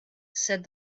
said